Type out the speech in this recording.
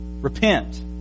repent